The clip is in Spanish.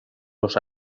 los